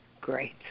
Great